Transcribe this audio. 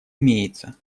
имеется